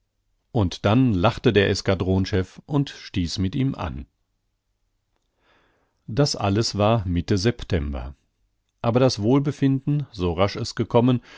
und dann lachte der eskadronchef und stieß mit ihm an das alles war mitte september aber das wohlbefinden so rasch es gekommen